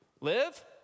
live